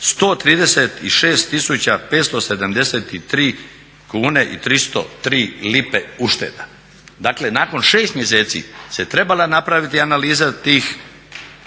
574 kune i 303 lipe ušteda, dakle nakon 6 mjeseci se trebala napraviti analiza tih